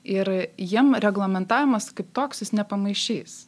ir jiem reglamentavimas kaip toks jis nepamaišys